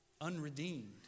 Unredeemed